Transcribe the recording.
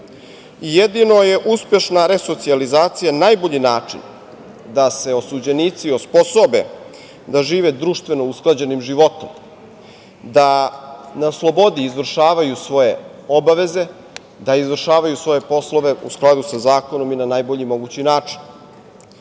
život. Jedino je uspešna resocijalizacija najbolji način da se osuđenici osposobe da žive društveno usklađenim životom, da na slobodi izvršavaju svoje obaveze, da izvršavaju svoje poslove u skladu sa zakonom i na najbolji mogući način.